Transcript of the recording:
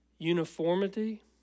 Uniformity